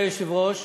אדוני היושב-ראש,